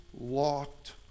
locked